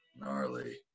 gnarly